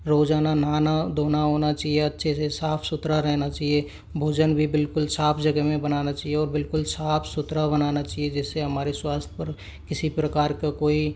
रोज़ाना नहाना धोना होना चहिए अच्छे से साफ़ सुथरा रहना चाहिए भोजन भी बिलकुल साफ़ जगह में बनाना चाहिए और बिलकुल साफ़ सुथरा बनाना चाहिए जिससे हमारे स्वस्थ्य पर किसी प्रकार का कोई